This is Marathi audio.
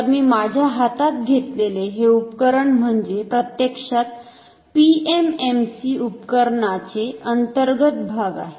तर मी माझ्या हातात घेतलेले हे उपकरण म्हणजे प्रत्यक्षात PMMC उपकरणाचे अंतर्गत भाग आहेत